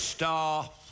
Star